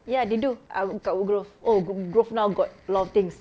ya they do ah kat woodgrove oh woodgrove now got a lot of things